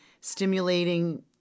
stimulating